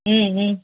ம் ம்